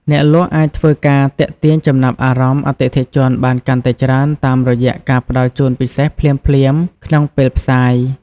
អ្នកលក់អាចធ្វើការទាក់ទាញចំណាប់អារម្មណ៍អតិថិជនបានកាន់តែច្រើនតាមរយៈការផ្តល់ជូនពិសេសភ្លាមៗក្នុងពេលផ្សាយ។